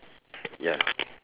ya